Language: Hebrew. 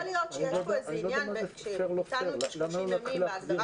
יכול להיות שיש פה איזה עניין שביטלנו את ה-30 ימים בהגדרה